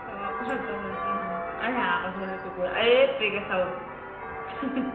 চাবা হাঁহ এই হাঁহ কৈছো হে কুকুৰা এই তেৰিকা চাউল